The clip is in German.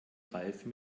reifen